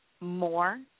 more